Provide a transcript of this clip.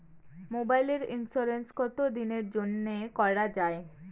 মোবাইলের ইন্সুরেন্স কতো দিনের জন্যে করা য়ায়?